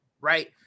right